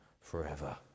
forever